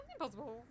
Impossible